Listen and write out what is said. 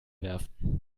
werfen